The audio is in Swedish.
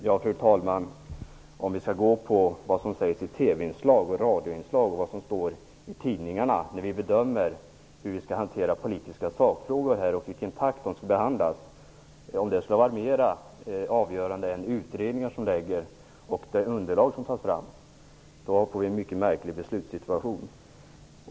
Fru talman! Om vi skall rätta oss efter vad som sägs i TV och radioinslag och vad som står i tidningarna när vi bedömer hur vi skall hantera politiska sakfrågor och takten på deras behandling, och om det skulle vara mer avgörande än de utredningar som läggs fram och det underlag som tas fram, då skulle vi få en mycket märklig beslutssituation.